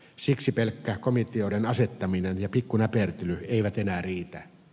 siksi pelkkä komiteoiden asettaminen ja pikkunäpertely eivät enää riitä